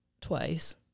twice